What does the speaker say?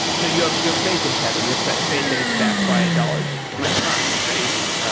so you have you have faith in tether. you have faith that it's backed by dollars? like it's not faith.